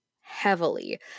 heavily